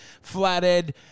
flathead